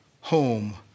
home